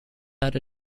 had